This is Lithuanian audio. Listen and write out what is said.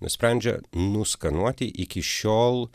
nusprendžia nuskanuoti iki šiol